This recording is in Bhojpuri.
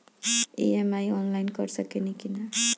ई.एम.आई आनलाइन कर सकेनी की ना?